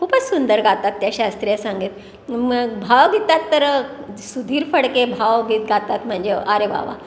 खूपच सुंदर गातात त्या शास्त्रीय संगीत मग भावगीतात तर सुधीर फडके भावगीतात म्हणजे आरे वा वा